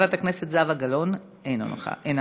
חברת הכנסת זהבה גלאון, אינה נוכחת,